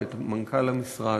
ואת מנכ"ל המשרד,